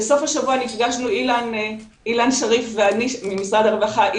בסוף השבוע נפגשנו אילן שריף ואני ממשרד הרווחה,